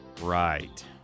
Right